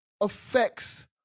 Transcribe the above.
affects